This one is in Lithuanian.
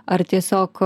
ar tiesiog